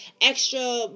extra